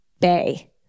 Bay